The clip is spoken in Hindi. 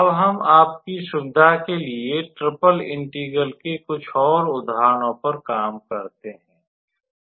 अब हम आपकी सुविधा के लिए ट्रिपल इंटीग्रल के कुछ और उदाहरणों पर काम करेंगे